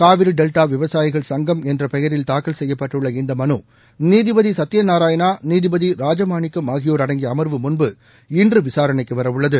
Kaveri delta விவசாயிகள் சங்கம் என்ற பெயரில் தாக்கல் செய்யப்பட்டுள்ள இந்த மனு நீதிபதி சத்தியநாராயணா நீதிபதி ராஜமாணிக்கம் ஆகியோர் அடங்கிய அமர்வு முன்பு இன்று விசாரணைக்கு வரவுள்ளது